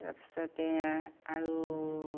তাৰপিছতে আৰু